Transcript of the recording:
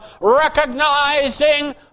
recognizing